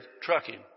trucking